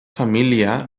família